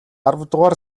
аравдугаар